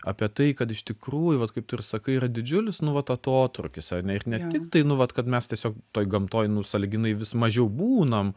apie tai kad iš tikrųjų vat kaip tu ir sakai yra didžiulis nu vat atotrūkis ane ir ne tik tai nu vat kad mes tiesiog toj gamtoj nu sąlyginai vis mažiau būnam